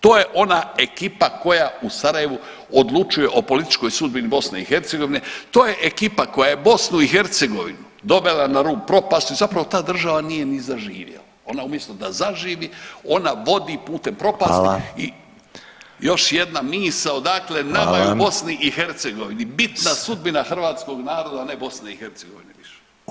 To je ona ekipa koja u Sarajevu odlučuje o političkoj sudbini BiH, to je ekipa koja je BiH dovela na rub propasti, zapravo ta država nije ni zaživjela, ona umjesto da zaživi ona vodi putem propasti i [[Upadica: Hvala]] još jedna misao, dakle nama je u BiH bitna sudbina hrvatskog naroda, a ne BiH više.